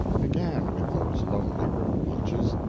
began with those lonely river watches.